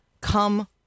come